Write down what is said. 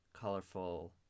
colorful